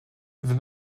wenn